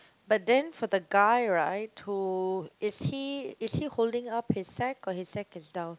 but then for the guy right who is he is he holding up his sack or his sack is down